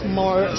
more